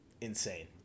insane